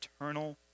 eternal